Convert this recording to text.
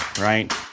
Right